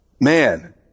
man